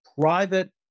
private